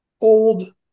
old